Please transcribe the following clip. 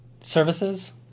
services